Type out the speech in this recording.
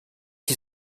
qui